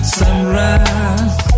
sunrise